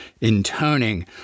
intoning